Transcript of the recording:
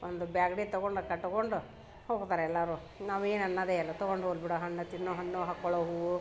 ಒಂದು ಬ್ಯಾಗ್ಡೆ ತಗೊಂಡು ಕಟ್ಕೊಂಡು ಹೋಗ್ತಾರೆ ಎಲ್ಲರೂ ನಾವು ಏನು ಅನ್ನೋದೇ ಇಲ್ಲ ತಗೊಂಡು ಹೋಗ್ಲ್ಬಿಡು ಹಣ್ಣು ತಿನ್ನೋ ಹಣ್ಣು ಹಾಕ್ಕೊಳ್ಳೊ ಹೂವು